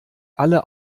alle